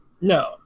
No